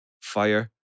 fire